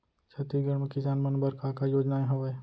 छत्तीसगढ़ म किसान मन बर का का योजनाएं हवय?